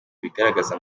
ibigaragaza